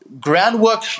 groundwork